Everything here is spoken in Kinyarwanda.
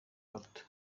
gato